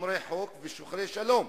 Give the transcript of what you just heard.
שומרי חוק ושוחרי שלום.